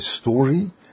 story